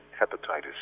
hepatitis